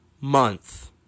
month